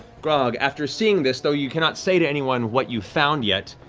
grog, after seeing this, though you cannot say to anyone what you found yet,